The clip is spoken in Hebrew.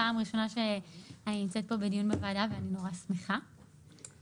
פעם ראשונה שאני כאן בדיון הוועדה ואני מאוד שמחה על כך.